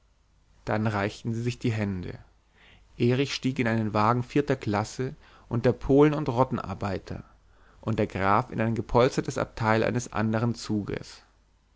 dann reichten sie sich die hände erich stieg in einen wagen vierter klasse unter polen und rottenarbeiter und der graf in ein gepolstertes abteil eines anderen zuges